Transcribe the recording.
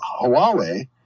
Huawei